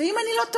ואם אני לא טועה,